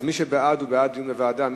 מי שבעד, הוא בעד דיון בוועדה.